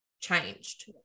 changed